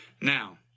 Now